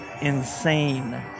insane